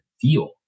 feel